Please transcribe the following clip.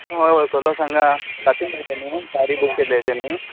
होय वळखलो सांगा ते न्हू गाडी बूक केल्लें तें नी